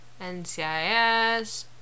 NCIS